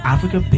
Africa